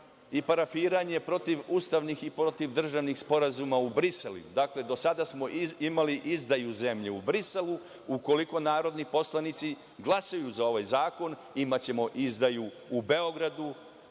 i parafiranje protivustavnih i protivdržavnih sporazuma u Briselu, dakle do sada smo imali izdaju zemlje u Briselu. Ukoliko narodni poslanici glasaju za ovaj zakon, imaćemo izdaju u Beogradu,